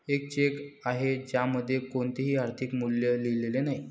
एक चेक आहे ज्यामध्ये कोणतेही आर्थिक मूल्य लिहिलेले नाही